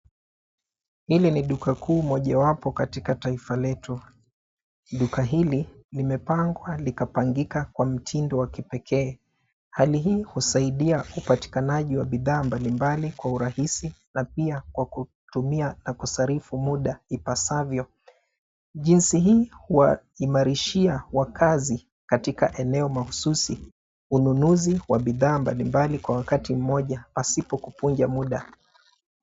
Hili ni duka kuu mojawapo katika taifa letu. Duka hili limepangwa likapangika kwa mtindo wa kipekee. Hali hii husaidia upatikanaji wa bidhaa mbalimbali kwa urahisi na pia kwa kutumia na kusarifu muda ipasavyo. Jinsi hii huwaimarishia wakazi katika eneo mahususi ununuzi wa bidhaa mbalimbali kwa wakati mmoja asipo kupunja muda.